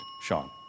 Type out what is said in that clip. Sean